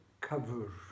Cover